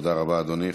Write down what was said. תודה רבה, אדוני.